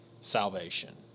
salvation